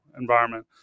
environment